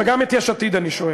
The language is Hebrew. וגם את יש עתיד אני שואל.